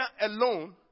alone